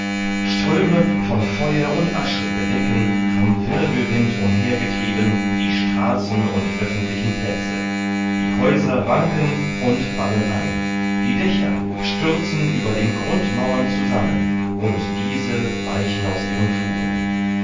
ströme von feuer und asche bedecken vom wirbelwind umhergetrieben die straßen und öffentlichen plätze die häuser wanken und fallen ein die dächer stürzen über den grundmauern zusammen und diese weichen aus ihren fugen